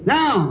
Now